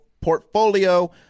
Portfolio